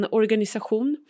organisation